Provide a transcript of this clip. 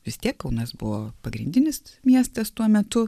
vis tiek kaunas buvo pagrindinis miestas tuo metu